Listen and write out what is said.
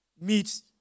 meet